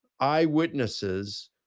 eyewitnesses